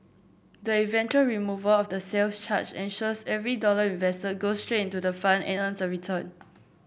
the eventual removal of the sales charge ensures every dollar invested goes straight into the fund and earns a return